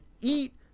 eat